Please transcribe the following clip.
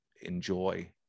enjoy